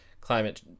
climate